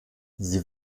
sie